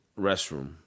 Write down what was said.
restroom